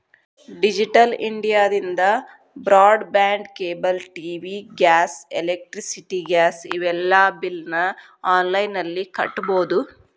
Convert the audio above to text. digital ಇಂಡಿಯಾದಿಂದ broadband cable TV gas electricity gas ಇವೆಲ್ಲಾ ಬಿಲ್ನ ಆನ್ಲೈನ್ ನಲ್ಲಿ ಕಟ್ಟಬೊದು